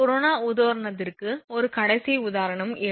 corona உதாரணத்திற்கு இது கடைசி உதாரணம் 7